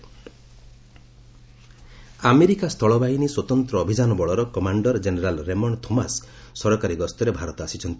India US army America ସ୍ଥଳବାହିନୀ ସ୍ୱତନ୍ତ୍ର ଅଭିଯାନ ବଳର କମାଣ୍ଡର ଜେନେରାଲ୍ ରେମଣ୍ଡ୍ ଥୋମାସ୍ ସରକାରୀ ଗସ୍ତରେ ଭାରତ ଆସିଛନ୍ତି